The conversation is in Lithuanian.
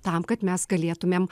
tam kad mes galėtumėm